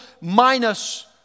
minus